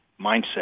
mindset